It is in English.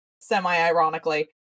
semi-ironically